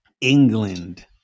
England